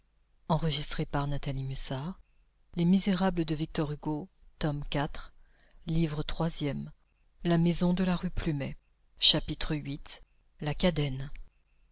troisième la maison de la rue plumet chapitre i la